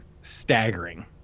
staggering